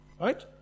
Right